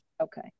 Okay